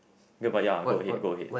ya but ya go ahead go ahead